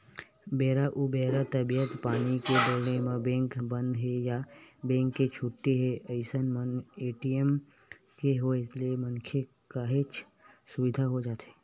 बेरा उबेरा तबीयत पानी के डोले म बेंक बंद हे या बेंक के छुट्टी हे अइसन मन ए.टी.एम के होय ले मनखे काहेच सुबिधा हो जाथे